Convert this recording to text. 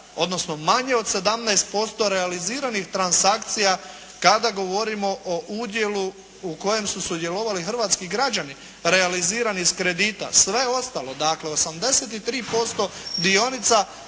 odnosno manje od 17% realiziranih transakcija kada govorimo o udjelu u kojem su sudjelovali hrvatski građani, realiziran iz kredita. Sve ostalo, dakle 83% dionica